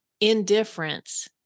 indifference